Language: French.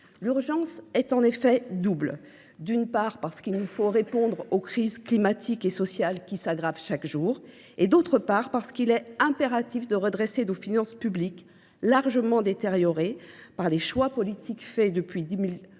L’urgence est en effet double. D’une part, il nous faut répondre aux crises climatiques et sociales qui s’aggravent chaque jour. D’autre part, il est impératif de redresser nos finances publiques, largement détériorées par les choix politiques faits depuis